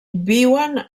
viuen